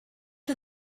are